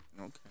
Okay